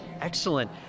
Excellent